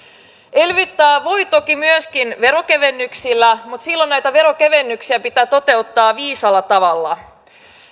elvyttää voi toki myöskin verokevennyksillä mutta silloin näitä verokevennyksiä pitää toteuttaa viisaalla tavalla